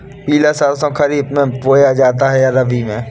पिला सरसो खरीफ में बोया जाता है या रबी में?